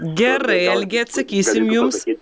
gerai algi atsakysim jums